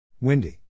Windy